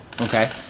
Okay